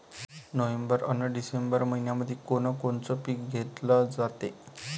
November अन December मइन्यामंधी कोण कोनचं पीक घेतलं जाते?